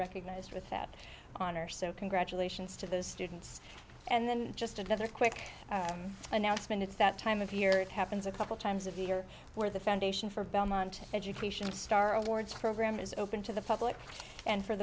recognized with that honor so congratulations to those students and then just another quick announcement it's that time of year it happens a couple times of year where the foundation for belmont education star awards program is open to the public and for